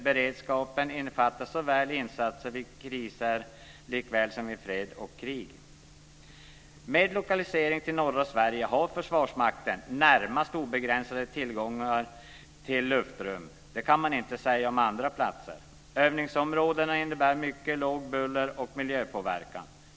Beredskapen innefattar insatser såväl vid kriser som i fred och krig. Med lokaliseringen till norra Sverige har Försvarsmakten närmast obegränsad tillgång till luftrum. Det kan man inte säga om andra platser. Övningsområdena innebär mycket låg bullernivå och miljöpåverkan.